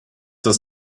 das